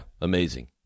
amazing